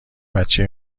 بچه